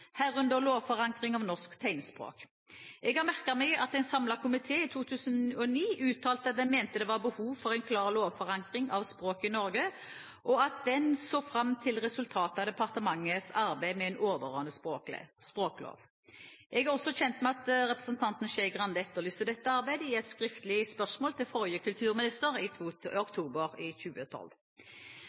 herunder lovforankring av norsk tegnspråk. Jeg har merket meg at en samlet komité i 2009 uttalte at den mente det var behov for en klar lovforankring av språk i Norge, og at den så fram til resultatet av departementets arbeid med en overordnet språklov. Jeg er også kjent med at representanten Skei Grande etterlyste dette arbeidet i et skriftlig spørsmål til forrige kulturminister i oktober i 2012.